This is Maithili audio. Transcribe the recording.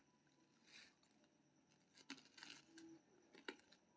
भारत मे अनेक प्रकार के धानक खेती होइ छै